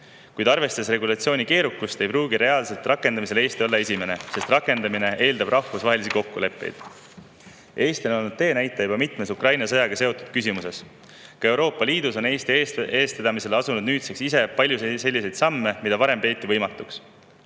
kuid arvestades regulatsiooni keerukust, ei pruugi Eesti olla esimene, kes seda reaalselt rakendab, sest rakendamine eeldab rahvusvahelisi kokkuleppeid. Eesti on olnud teenäitaja juba mitmes Ukraina sõjaga seotud küsimuses. Ka Euroopa Liidus on Eesti eestvedamisel astutud nüüdseks paljusid selliseid samme, mida varem peeti võimatuks.